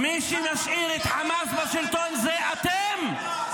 מי שמשאיר את חמאס בשלטון זה אתם.